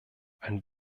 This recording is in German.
ein